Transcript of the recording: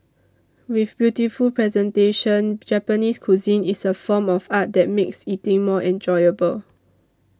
with beautiful presentation Japanese cuisine is a form of art that makes eating more enjoyable